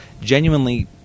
genuinely